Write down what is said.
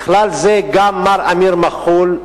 ובכלל זה מר אמיר מח'ול,